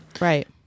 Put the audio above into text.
right